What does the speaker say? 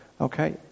Okay